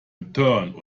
return